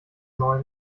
neun